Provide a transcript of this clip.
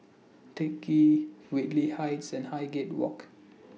Teck Ghee Whitley Heights and Highgate Walk